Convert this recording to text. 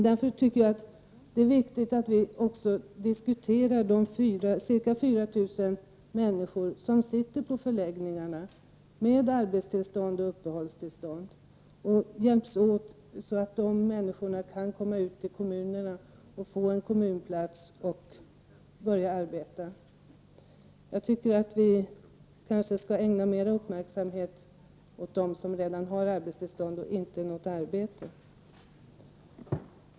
Därför är det viktigt att vi även diskuterar de ca 4000 människor på förläggningarna som redan har arbetsoch uppehållstillstånd och att vi hjälps åt att se till att dessa människor kan komma ut i samhället och få en kommunplats och börja arbeta. Jag tycker att vi skall ägna mer uppmärksamhet åt dem som redan har arbetstillstånd och inte något arbete.